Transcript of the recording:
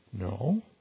No